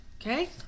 Okay